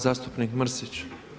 Zastupnik Mrsić.